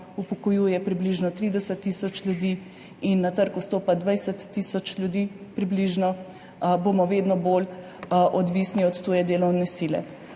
upokojuje približno 30 tisoč ljudi in na trg vstopa približno 20 tisoč ljudi, vedno bolj odvisni od tuje delovne sile.